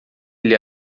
ele